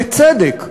בצדק,